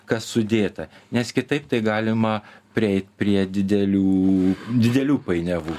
kas sudėta nes kitaip tai galima prieit prie didelių didelių painiavų